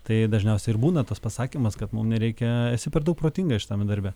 tai dažniausiai ir būna tas pasakymas kad mum nereikia esi per daug protingas šitame darbe